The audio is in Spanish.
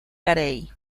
carey